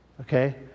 Okay